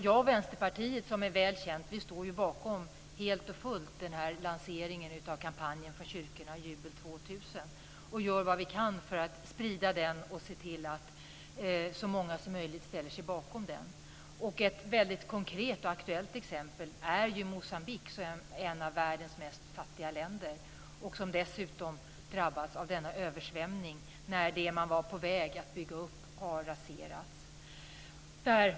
Jag och Vänsterpartiet står helt och fullt, vilket är väl känt, bakom lanseringen av kyrkornas kampanj Jubel 2000 och gör vad vi kan för att sprida den och se till att så många som möjligt ställer sig bakom den. Ett väldigt konkret och aktuellt exempel är Moçambique, som är ett av världens fattigaste länder och som dessutom drabbats av den här översvämningen så att det man var på väg att bygga upp har raserats.